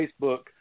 Facebook